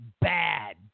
bad